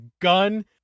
gun